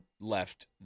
left